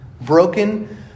broken